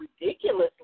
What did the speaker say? ridiculously